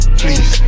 please